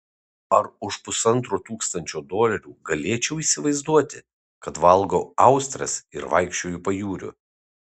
ar už pusantro tūkstančio dolerių galėčiau įsivaizduoti kad valgau austres ar vaikščioju pajūriu